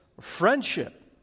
friendship